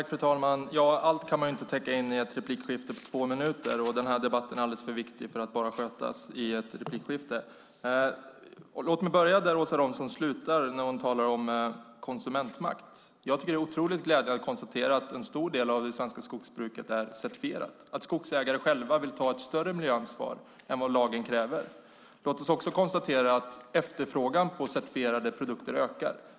Fru talman! Allt kan man inte täcka in i ett replikskifte på två minuter, och den här debatten är alldeles för viktig för att bara skötas i ett replikskifte. Låt mig börja där Åsa Romson slutar när hon talar om konsumentmakt. Jag tycker att det är otroligt glädjande att kunna konstatera att en stor del av det svenska skogsbruket är certifierat, att skogsägare själva vill ta ett större miljöansvar än vad lagen kräver. Låt oss också konstatera att efterfrågan på certifierade produkter ökar.